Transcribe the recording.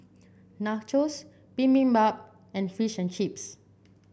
Nachos Bibimbap and Fish and Chips